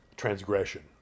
transgression